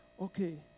okay